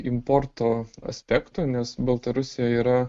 importo aspektu nes baltarusija yra